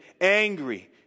angry